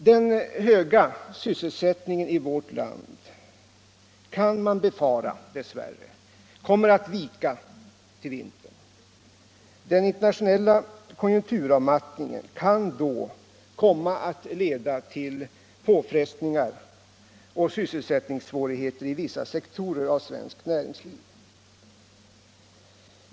Den höga sysselsättningen i vårt land kan — dess värre — befaras vika mot vintern. Den internationella konjunkturavmattningen kan då komma att leda till påfrestningar och sysselsättningssvårigheter i vissa sektorer av svenskt näringsliv.